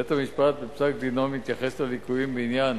בית-המשפט בפסק-דינו מתייחס לליקויים בעניין